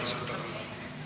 על כלכלה?